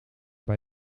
bij